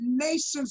nations